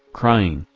crying,